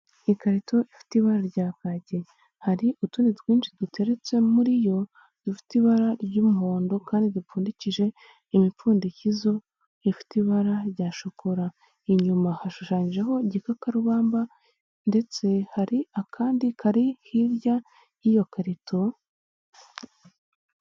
Ikarito ifite ibara rya kacyi, hari utundi twinshi duteretse muri yo dufite ibara ry'umuhondo kandi dupfundikije imipfundikizo rifite ibara rya shokora. Inyuma hashushanyijeho igikakarubamba ndetse hari akandi kari hirya y'iyo karito.